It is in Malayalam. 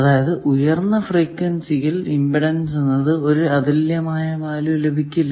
അതായത് ഉയർന്ന ഫ്രീക്വെൻസിയിൽ ഇമ്പിഡൻസ് എന്നത് ഒരു അതുല്യമായ വാല്യൂ ആയിരിക്കില്ല